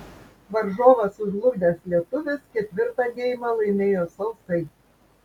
varžovą sužlugdęs lietuvis ketvirtą geimą laimėjo sausai